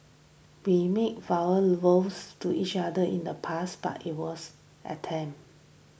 we made verbal vows to each other in the past but it was attempt